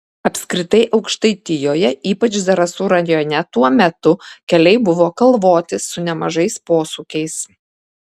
apskritai aukštaitijoje ypač zarasų rajone tuo metu keliai buvo kalvoti su nemažais posūkiais